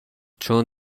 چون